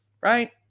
Right